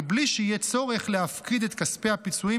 בלי שיהיה צורך להפקיד את כספי הפיצויים